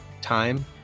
time